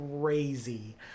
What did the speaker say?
crazy